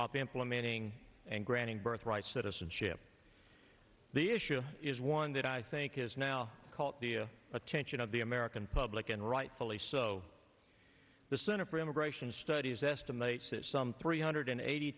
of implementing and granting birthright citizenship the issue is one that i think has now caught the attention of the american public and rightfully so the center for immigration studies estimates that some three hundred eighty